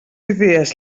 idees